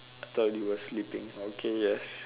I thought you were sleeping okay yes